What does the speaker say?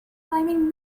blaming